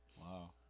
wow